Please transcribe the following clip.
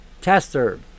tester